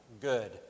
good